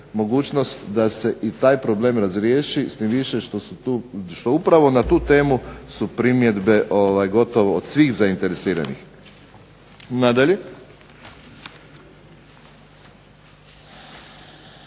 mogućnost da se taj problem razriješi tim više što upravo na tu temu su primjedbe gotovo od svih zainteresiranih. Nadalje,